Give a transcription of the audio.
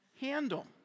handle